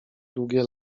długie